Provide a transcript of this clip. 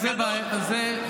זה,